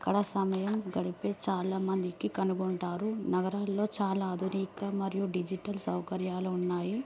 అక్కడ సమయం గడిపే చాలా మందికి కనుగొంటారు నగరాల్లో చాలా ఆధునిక మరియు డిజిటల్ సౌకర్యాలు ఉన్నాయి